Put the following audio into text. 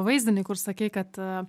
vaizdinį kur sakei kad